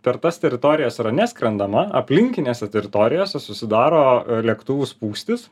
per tas teritorijas yra neskrendama aplinkinėse teritorijose susidaro lėktuvų spūstys